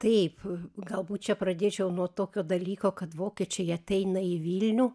taip galbūt čia pradėčiau nuo tokio dalyko kad vokiečiai ateina į vilnių